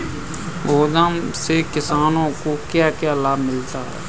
गोदाम से किसानों को क्या क्या लाभ मिलता है?